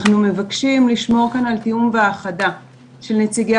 אנחנו מבקשים לשמור כאן על תיאום והאחדה של נציגי